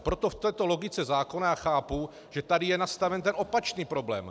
Proto v této logice zákona já chápu, že tady je nastaven ten opačný problém.